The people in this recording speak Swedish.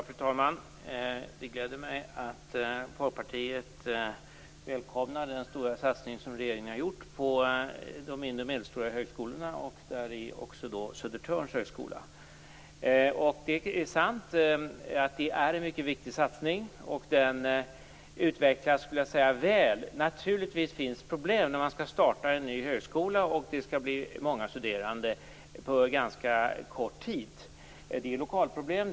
Fru talman! Det gläder mig att Folkpartiet välkomnar den stora satsning som regeringen har gjort på de mindre och medelstora högskolorna. Där ingår också Södertörns högskola. Det är en viktig satsning, och den utvecklas väl. Naturligtvis finns problem när en ny högskola skall startas. Det blir många studerande på kort tid. Det finns lokalproblem.